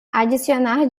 adicionar